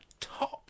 top